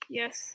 yes